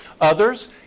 Others